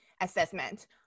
assessment